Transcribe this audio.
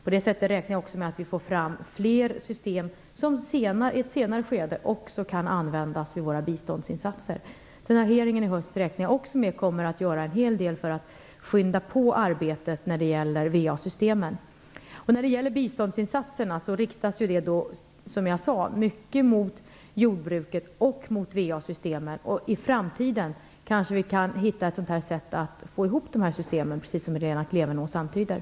På det sättet räknar jag också med att vi får fram flera system som i ett senare skede också kan användas vid våra biståndsinsatser. Jag räknar också med att hearingen i höst kommer att göra en hel del för att skynda på arbetet när det gäller VA-systemen. Biståndsinsatserna riktas, som jag sade, mycket mot jordbruket och mot VA-systemen. I framtiden kan vi kanske hitta ett sätt att få ihop dessa system, precis som Lena Klevenås antydde.